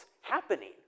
happening